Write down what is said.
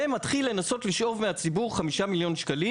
ומתחיל לנסות ולשאוב מהציבור 5 מיליון ₪,